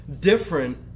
different